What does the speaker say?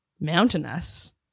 mountainous